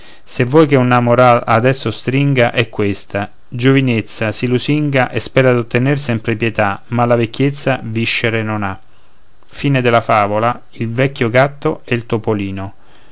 se vuoi che una moral adesso stringa è questa giovinezza si lusinga e spera d'ottener sempre pietà ma la vecchiezza viscere non ha